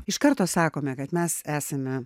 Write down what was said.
iš karto sakome kad mes esame